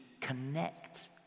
connect